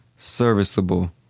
Serviceable